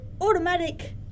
automatic